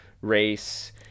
race